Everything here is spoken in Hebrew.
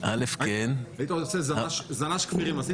העובדה שלהצעת החוק הוגשו